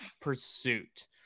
pursuit